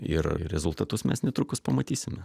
ir rezultatus mes netrukus pamatysime